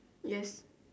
yes